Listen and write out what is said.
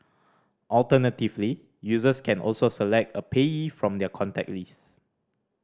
alternatively users can also select a payee from their contact list